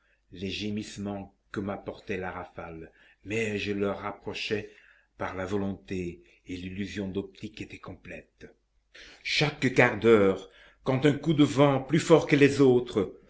les gémissements que m'apportait la rafale mais je le rapprochais par la volonté et l'illusion d'optique était complète chaque quart d'heure quand un coup de vent plus fort que les autres